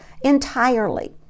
entirely